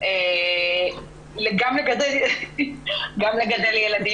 גם לדעתי מותר.